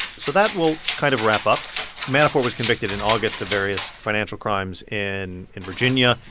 so that will kind of wrap up manafort was convicted in august of various financial crimes in in virginia.